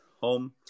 home